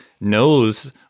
knows